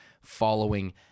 following